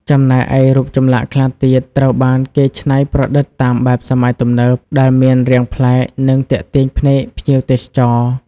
ចំណែកឯរូបចម្លាក់ខ្លះទៀតត្រូវបានគេច្នៃប្រឌិតតាមបែបសម័យទំនើប ដែលមានរាងប្លែក និងទាក់ទាញភ្នែកភ្ញៀវទេសចរ។